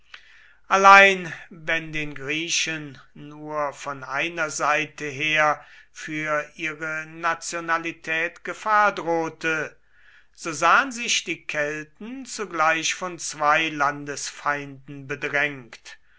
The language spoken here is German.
allein wenn den griechen nur von einer seite her für ihre nationalität gefahr drohte so sahen sich die kelten zugleich von zwei landesfeinden bedrängt